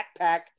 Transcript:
backpack